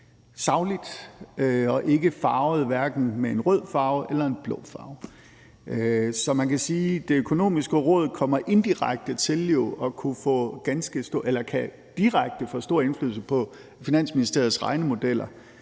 sagligt og hverken farvet med en rød farve eller en blå farve. Så man kan jo sige, at Det Økonomiske Råd direkte kan få stor indflydelse på Finansministeriets regnemodeller.